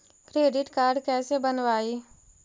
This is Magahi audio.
क्रेडिट कार्ड कैसे बनवाई?